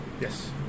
Yes